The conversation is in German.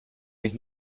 mich